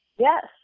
Yes